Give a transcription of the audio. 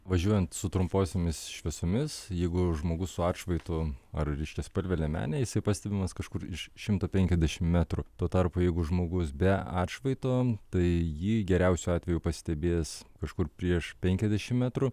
važiuojant su trumposiomis šviesomis jeigu žmogus su atšvaitu ar ryškiaspalve liemene jisai pastebimas kažkur iš šimto penkiasdešimt metrų tuo tarpu jeigu žmogus be atšvaito tai jį geriausiu atveju pastebės kažkur prieš penkiasdešimt metrų